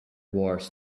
wars